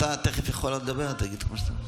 אתם מנתקים אנשים ממים, יא מנותקים.